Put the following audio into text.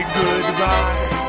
goodbye